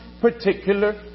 particular